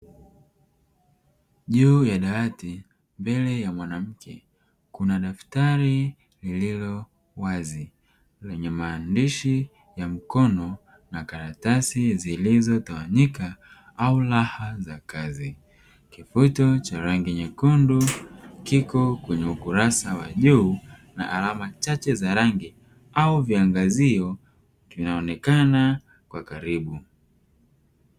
Juu ya dawati, mbele ya mwanamke, kuna daftari lililo wazi lenye maandishi ya mkono na karatasi zilizotawanyika au la za kazi. Kifuto cha rangi nyekundu kiko kwenye ukurasa wa juu na alama chache za rangi au viangazio vinaonekana kwa karibu.